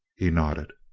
he nodded.